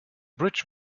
bridge